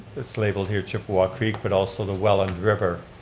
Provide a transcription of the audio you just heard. it's labeled here chippawa creek, but also the welland river.